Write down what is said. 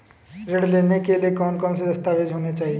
ऋण लेने के लिए कौन कौन से दस्तावेज होने चाहिए?